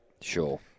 sure